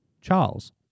Charles